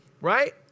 Right